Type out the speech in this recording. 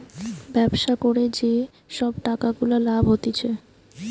ব্যবসা করে যে সব টাকা গুলা লাভ হতিছে